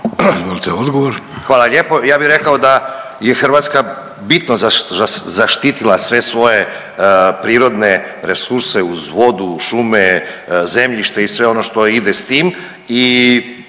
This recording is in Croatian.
Hvala lijepo. Ja bi rekao da je Hrvatska bitno zaštitila sve svoje prirodne resurse uz vodu, šume, zemljišta i sve ono što ide s tim